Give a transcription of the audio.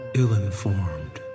ill-informed